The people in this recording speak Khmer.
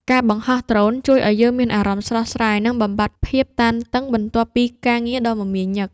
ការបង្ហោះដ្រូនជួយឱ្យយើងមានអារម្មណ៍ស្រស់ស្រាយ និងបំបាត់ភាពតានតឹងបន្ទាប់ពីការងារដ៏មមាញឹក។